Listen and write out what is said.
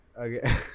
Okay